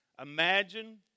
imagine